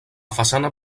façana